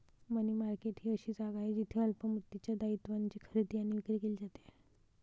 मनी market ही अशी जागा आहे जिथे अल्प मुदतीच्या दायित्वांची खरेदी आणि विक्री केली जाते